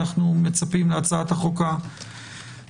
אנחנו מצפים להצעת החוק הממשלתית.